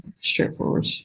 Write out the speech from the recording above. straightforward